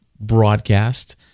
broadcast